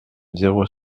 zéro